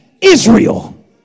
Israel